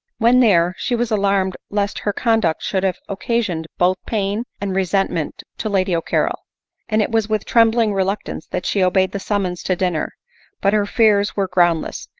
when there, she was alarmed lest her conduct should have occasioned both pain' and resentment to lady o'carrol and it was with trembling reluctance that she obeyed the summons to dinner but her fears were groundless.